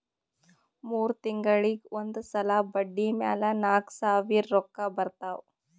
ಮೂರ್ ತಿಂಗುಳಿಗ್ ಒಂದ್ ಸಲಾ ಬಡ್ಡಿ ಮ್ಯಾಲ ನಾಕ್ ಸಾವಿರ್ ರೊಕ್ಕಾ ಬರ್ತಾವ್